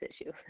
issue